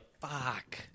fuck